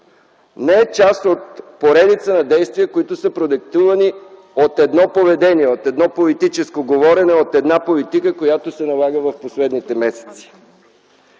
не е част от поредицата действия, които са продиктувани от едно поведение, от едно политическо говорене, от една политика, която се налага в последните месеци.